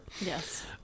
Yes